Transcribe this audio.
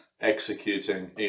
executing